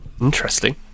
Interesting